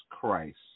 Christ